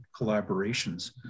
collaborations